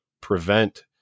prevent